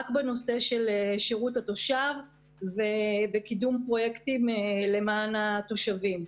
בנושא של שירות לתושב ובקידום פרויקטים למען התושבים.